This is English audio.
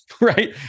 Right